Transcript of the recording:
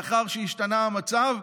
לאחר שהשתנה המצב,